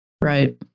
Right